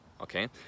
okay